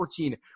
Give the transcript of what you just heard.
2014